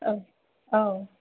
औ औ